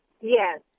Yes